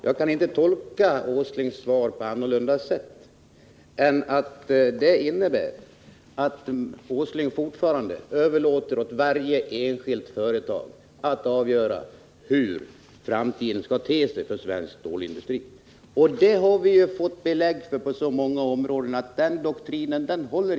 Jag kan inte tolka industriminister Åslings svar på annorlunda sätt än att den innebär att han fortfarande överlåter åt varje enskilt företag att avgöra hur framtiden skall te sig för svensk stålindustri, trots att vi på så många områden har fått belägg för Nr 124 att den doktrinen inte håller.